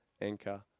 anchor